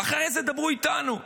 ואחרי זה דברו איתנו,